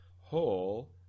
Whole